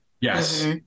Yes